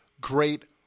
great